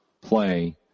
play